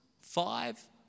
five